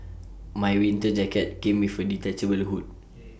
my winter jacket came with A detachable hood